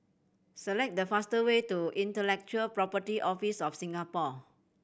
select the fastest way to Intellectual Property Office of Singapore